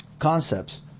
concepts